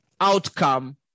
outcome